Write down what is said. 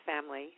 family